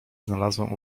znalazłem